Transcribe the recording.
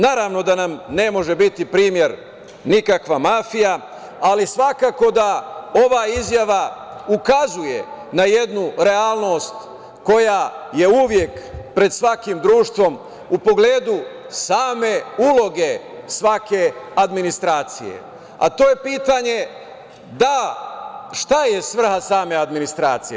Naravno da na nam ne može biti primer nikakva mafija, ali svakako da ova izjava ukazuje na jednu realnost koja je uvek pred svakim društvom u pogledu same uloge svake administracije, a to je pitanje – da, šta je svrha administracije?